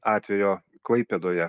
atvejo klaipėdoje